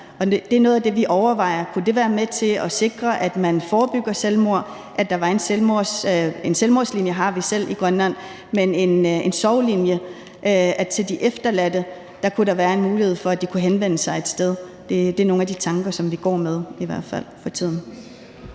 Det er noget af det, vi overvejer, altså om det kunne være med til at sikre, at man forebygger selvmord. Vi har selv en selvmordslinje i Grønland, men med en sorglinje til de efterladte kunne der være en mulighed for, at de kunne henvende sig et sted. Det er i hvert fald nogle af de tanker, vi går med for tiden.